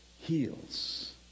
heals